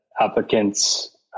applicants